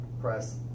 press